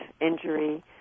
injury